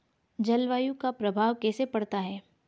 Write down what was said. जलवायु का प्रभाव कैसे पड़ता है?